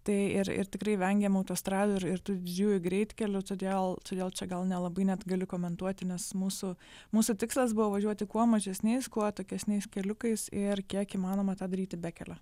tai ir ir tikrai vengiam autostradų ir ir tų didžiųjų greitkelių todėl todėl čia gal nelabai net galiu komentuoti nes mūsų mūsų tikslas buvo važiuoti kuo mažesniais kuo atokesniais keliukais ir kiek įmanoma tą daryti bekele